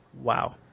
Wow